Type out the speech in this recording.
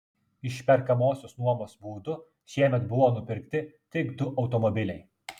išperkamosios nuomos būdu šiemet buvo nupirkti tik du automobiliai